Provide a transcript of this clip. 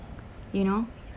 you know